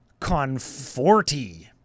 Conforti